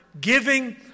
giving